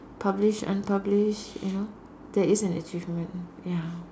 published unpublished you know there is an achievement ya